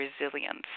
resilience